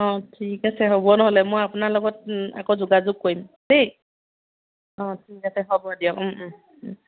অঁ ঠিক আছে হ'ব নহ'লে মই আপোনাৰ লগত আকৌ যোগাযোগ কৰিম দেই অঁ ঠিক আছে হ'ব দিয়ক